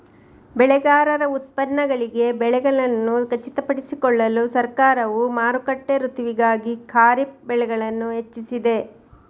ಬೆಳೆಗಾರರ ಉತ್ಪನ್ನಗಳಿಗೆ ಬೆಲೆಗಳನ್ನು ಖಚಿತಪಡಿಸಿಕೊಳ್ಳಲು ಸರ್ಕಾರವು ಮಾರುಕಟ್ಟೆ ಋತುವಿಗಾಗಿ ಖಾರಿಫ್ ಬೆಳೆಗಳನ್ನು ಹೆಚ್ಚಿಸಿದೆ